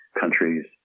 countries